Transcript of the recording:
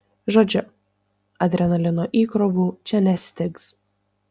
žodžiu adrenalino įkrovų čia nestigs